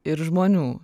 ir žmonių